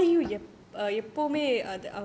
ஆனா நான்:aana naan